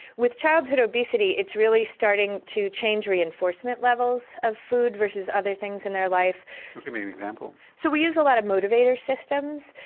with childhood obesity it's really starting to change reinforcement levels of food versus other things in their life. give me an example. so we use a lot of motivator systems,